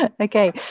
okay